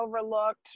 overlooked